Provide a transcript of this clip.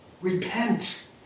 repent